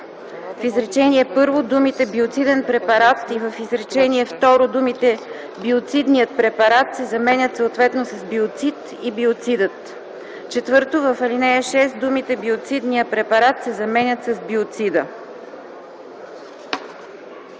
в изречение първо думите „биоциден препарат” и в изречение второ думите „Биоцидният препарат” се заменят съответно с „биоцид” и „Биоцидът”. 4. В ал. 6 думите „биоцидния препарат” се заменят с „биоцида”.”